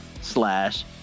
slash